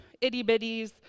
itty-bitties